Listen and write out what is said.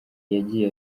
yagiye